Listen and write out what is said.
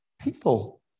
people